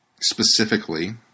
Specifically